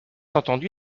entendu